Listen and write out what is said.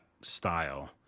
style